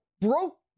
broke